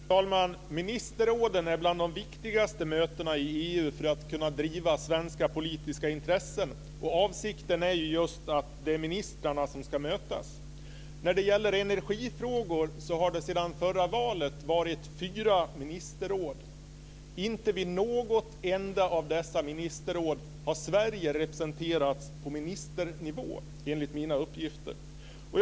Fru talman! Ministerråden är bland de viktigaste mötena i EU för att kunna driva svenska politiska intressen. Avsikten är just att det är ministrarna som ska mötas. När det gäller energifrågor har det sedan förra valet varit fyra ministerråd. Inte vid något enda av dessa ministerråd har Sverige representerats på ministernivå, enligt de uppgifter jag har fått.